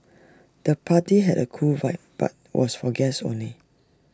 the party had A cool vibe but was for guests only